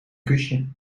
kusje